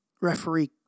Referee